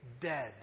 dead